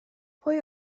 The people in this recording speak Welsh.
pwy